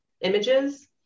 images